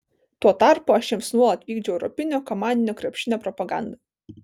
tuo tarpu aš jiems nuolat vykdžiau europinio komandinio krepšinio propagandą